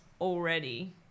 already